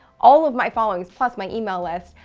all of my followings, plus my email list,